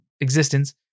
existence